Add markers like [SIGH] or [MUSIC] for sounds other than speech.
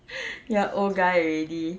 [NOISE] you're old guy already